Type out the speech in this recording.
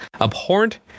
abhorrent